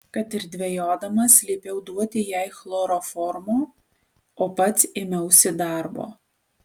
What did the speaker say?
kad ir dvejodamas liepiau duoti jai chloroformo o pats ėmiausi darbo